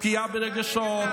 פגיעה ברגשות,